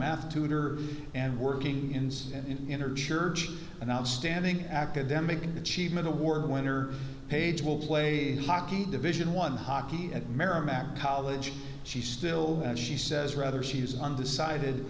math tutor and working ins in her church and outstanding academic achievement award winner paige will play hockey division one hockey at merrimack college she still has she says rather she is undecided